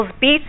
beats